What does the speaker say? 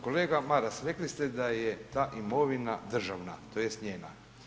Kolega Maras, rekli ste da je ta imovina državna, tj. njena.